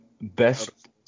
best